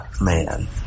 man